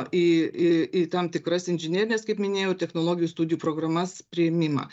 į į tam tikras inžinerines kaip minėjau technologijų studijų programas priėmimą